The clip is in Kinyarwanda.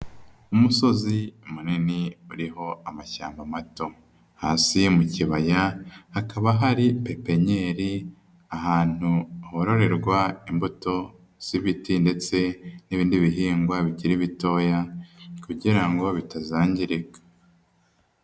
Umusozi munini uriho amashyamba mato, hasi mu kibaya hakaba hari pipiniyeri, ahantu hororerwa imbuto z'ibiti ndetse n'ibindi bihingwa bikiri bitoya, kugira ngo bitazangirika.